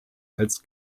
als